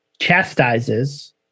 Chastises